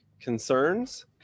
concerns